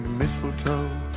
mistletoe